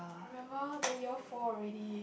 remember then year four already